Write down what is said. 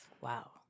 wow